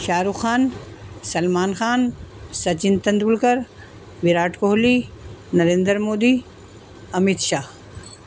Shah Rukh Khan Salman Khan Sachin Tendulkar Virat Kohli Narendra Modi Amit Shah